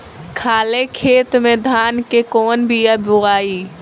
खाले खेत में धान के कौन बीया बोआई?